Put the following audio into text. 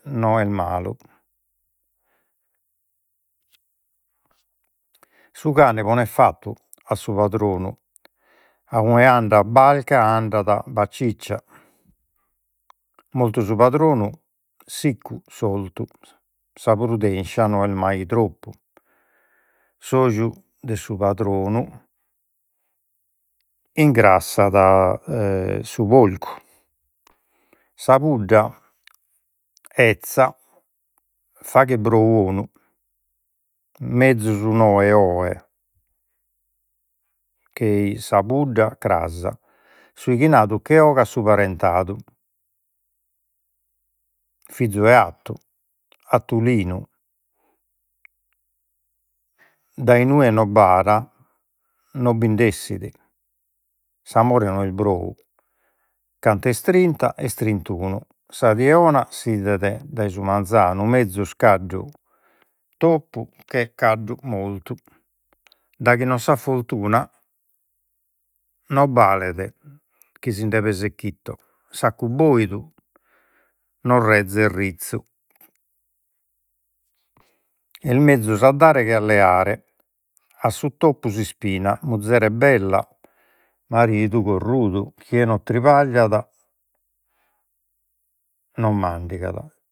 No est malu. Su cane ponet fattu a su padronu, a ue andat andat Baciccia. Mortu su padronu, siccu s'ortu, sa prudenscia no est mai troppu. S'oju de su padronu ingrassat su porcu, sa pudda 'ezza faghet brou onu. Mezus unu 'oe sa pudda cras, su che ogat su parentadu, fizu de attu, attulinu. Dai ue no no bind'essit, s'amore no est trinta est trintunu, sa die ona s'idet dai su manzanu. Mezus caddu toppu che caddu mortu, daghi non s'at fortuna no balet chi sinde peset chito, saccu boidu no rezet rizzu, est mezus a dare che leare. A su toppu s'ispina, muzere bella, maridu corrudu, chie non trabagliat no mandigat.